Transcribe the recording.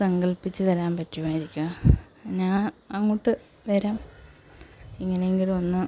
സംഘടിപ്പിച്ച് തരാൻ പറ്റുമായിരിക്കുമോ ഞാൻ അങ്ങോട്ട് വരാം എങ്ങനെ എങ്കിലും ഒന്ന്